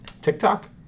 TikTok